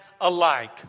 alike